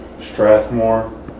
Strathmore